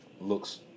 looks